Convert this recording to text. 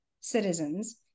citizens